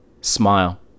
Smile